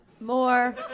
more